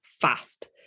fast